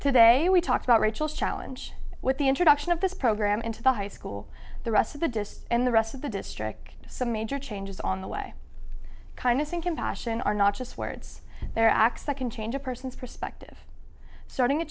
today we talked about rachel's challenge with the introduction of this program into the high school the rest of the this and the rest of the district some major changes on the way kind of think in fashion are not just words there acts that can change a person's active starting a